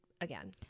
again